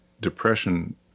depression